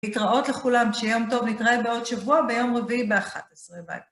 להתראות לכולם, שיום טוב נתראה בעוד שבוע ביום רביעי ב-11 בי.